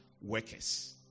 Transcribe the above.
workers